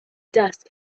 dust